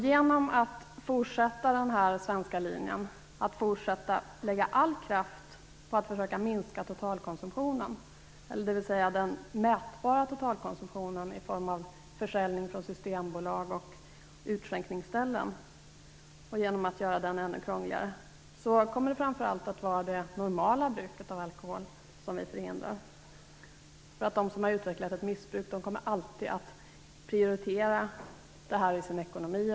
Genom att fortsätta på den svenska linjen och lägga all kraft på att försöka minska den mätbara totalkonsumtionen i form av försäljning från Systembolaget och utskänkningsställen och genom att göra försäljningen ännu krångligare, blir det framför allt det normala bruket av alkohol som vi förhindrar. De som har utvecklat ett missbruk kommer alltid att prioritera detta i sin ekonomi.